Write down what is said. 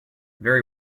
very